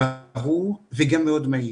ברור וגם מאוד מהיר.